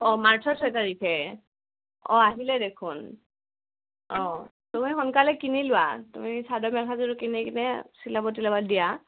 অঁ মাৰ্চৰ ছয় তাৰিখে অঁ আহিলে দেখোন অঁ তুমি সোনকালে কিনি লোৱা তুমি চাদৰ মেখেলাযোৰ কিনি কিনে চিলাব তিলাব দিয়া